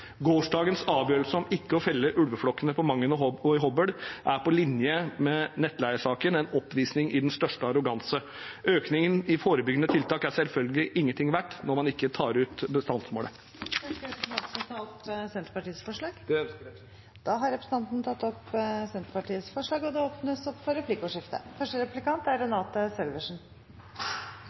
Gårsdagens avgjørelse om ikke å felle ulveflokkene på Mangen og i Hobøl er på linje med nettleiesaken en oppvisning i den største arroganse. Økningen i forbyggende tiltak er selvfølgelig ingenting verdt når man ikke tar ut bestandsmålet. Ønsker representanten å ta opp forslag? Det ønsker representanten. Jeg tar med dette opp Senterpartiets forslag i sak nr. 2 – og også de forslagene Senterpartiet har sammen med Sosialistisk Venstreparti. Representanten Ole André Myhrvold har tatt